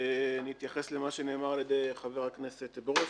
אני אתייחס למה שנאמר על ידי חבר הכנסת ברושי.